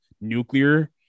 nuclear